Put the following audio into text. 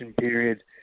period